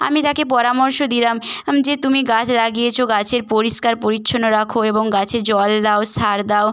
আমি তাকে পরামর্শ দিলাম আম যে তুমি গাছ লাগিয়েছ গাছের পরিষ্কার পরিচ্ছন্ন রাখো এবং গাছে জল দাও সার দাও